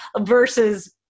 versus